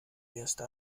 erste